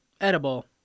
edible